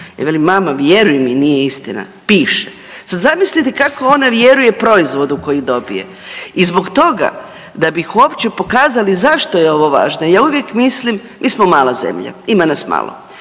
Ja velim mama, vjeruj mi, nije istina. Piše. Sad zamislite kako ona vjeruje proizvodu koji dobije i zbog toga, da bi uopće pokazali zašto je ovo važno, ja uvijek mislim, mi smo mala zemlja, ima nas malo.